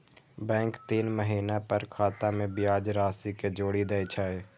bank तीन महीना पर खाता मे ब्याज राशि कें जोड़ि दै छै